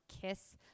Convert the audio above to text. kiss